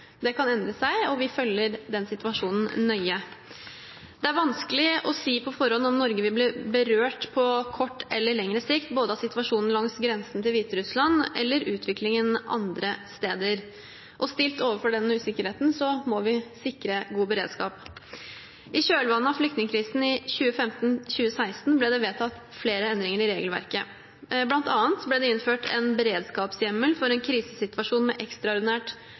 Det kan endre seg, og vi følger situasjonen nøye. Det er vanskelig å si på forhånd om Norge vil bli berørt på kort eller lengre sikt, både av situasjonen langs grensen til Hviterussland og utviklingen andre steder. Stilt overfor denne usikkerheten må vi sikre god beredskap. I kjølvannet av flyktningkrisen i 2015/2016 ble det vedtatt flere endringer i regelverket. Blant annet ble det innført en beredskapshjemmel for en krisesituasjon med ekstraordinært